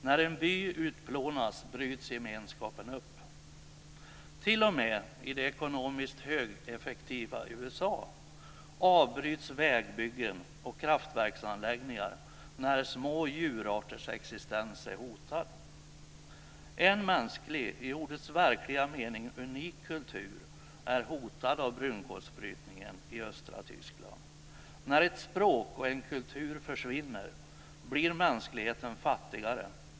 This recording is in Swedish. När en by utplånas bryts gemenskapen upp. T.o.m. i det ekonomiskt högeffektiva USA avbryts vägbyggen och kraftverksanläggningar när små djurarters existens är hotad. En mänsklig, i ordets verkliga mening unik kultur är hotad av brunkolsbrytningen i östra Tyskland. När ett språk och en kultur försvinner blir mänskligheten fattigare.